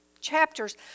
chapters